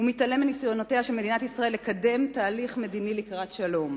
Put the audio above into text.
הוא מתעלם מניסיונותיה של מדינת ישראל לקדם תהליך מדיני לקראת שלום.